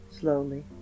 Slowly